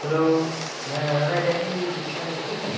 hello হ্যাঁ দাদা এটা কি তিস্তা রেস্টুরেন্টস